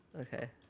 okay